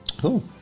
Cool